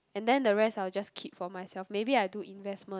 and then the rest I'll will just keep for myself maybe I'll do investment